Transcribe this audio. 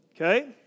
Okay